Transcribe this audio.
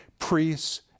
priests